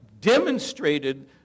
demonstrated